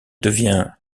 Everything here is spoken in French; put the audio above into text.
devint